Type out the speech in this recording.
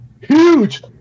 huge